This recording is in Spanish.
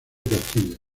castilla